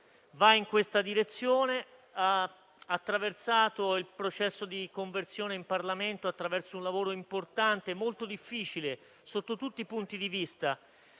va in questa direzione, ha attraversato il processo di conversione in Parlamento, con un lavoro importante e molto difficile sotto tutti i punti di vista,